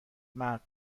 مرد